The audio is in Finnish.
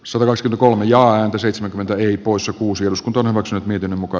sorsa kolme joan seitsemänkymmentä eri poissa kuusi os on omaksunut miten muka